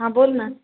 हां बोल ना